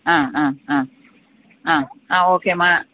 ആ ആ ആ ആ ആ ഓക്കെ മാ